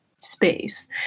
Space